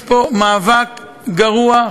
יש פה מאבק גרוע,